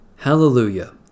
Hallelujah